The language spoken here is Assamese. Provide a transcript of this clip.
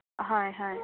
হয় হয়